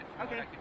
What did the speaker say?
Okay